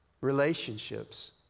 relationships